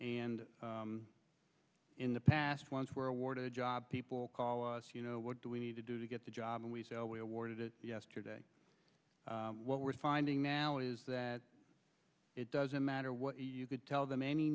and in the past ones were awarded a job people call us you know what do we need to do to get the job and we say well we awarded it yesterday what we're finding now is that it doesn't matter what you could tell them any